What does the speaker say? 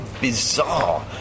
bizarre